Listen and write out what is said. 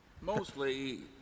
Mostly